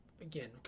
again